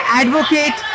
advocate